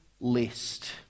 list